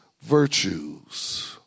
virtues